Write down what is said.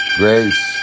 grace